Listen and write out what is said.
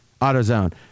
AutoZone